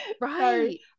Right